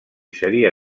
seria